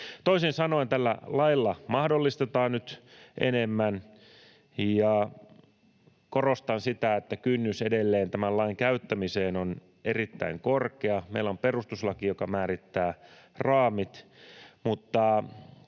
Toisin sanoen tällä lailla mahdollistetaan nyt enemmän, ja korostan sitä, että edelleen kynnys tämän lain käyttämiseen on erittäin korkea. Meillä on perustuslaki, joka määrittää raamit. Mutta